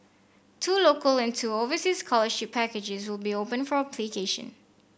two local and two overseas scholarship packages will be open for application